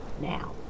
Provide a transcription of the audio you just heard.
Now